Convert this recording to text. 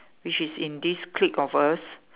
which is in this clique of us